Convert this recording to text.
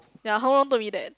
ya Hong Rong told me that